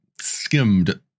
skimmed